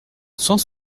cent